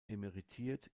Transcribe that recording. emeritiert